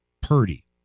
Purdy